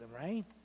right